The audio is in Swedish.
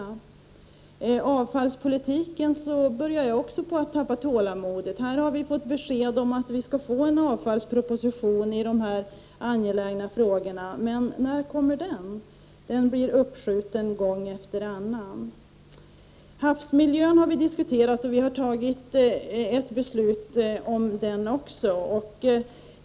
I fråga om avfallspolitiken börjar jag också tappa tålamodet. Vi har fått besked om att riksdagen skall få en proposition i de angelägna frågorna. När kommer den? Den blir uppskjuten gång efter annan. Havsmiljön har riksdagen diskuterat och också fattat beslut om.